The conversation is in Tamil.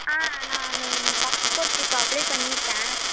ஆ நான் பாஸ்போர்ட்க்கு இப்போ அப்பளை பண்ணிஇருக்கேன்